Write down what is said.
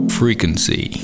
frequency